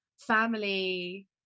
family